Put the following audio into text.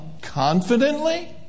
confidently